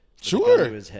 sure